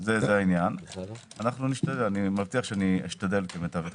אני מבטיח שאשתדל כמיטב יכולתי.